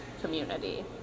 community